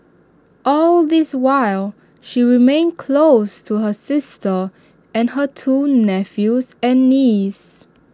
all this while she remained close to her sister and her two nephews and niece